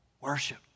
worship